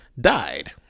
died